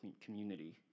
community